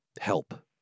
help